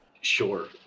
Sure